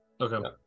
Okay